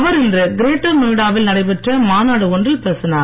அவர் இன்று கிரேட்டர் நொய்டா வில் நடைபெற்ற மாநாடு ஒன்றில் பேசினார்